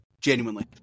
Genuinely